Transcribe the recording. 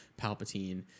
Palpatine